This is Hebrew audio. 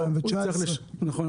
2017. נכון,